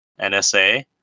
nsa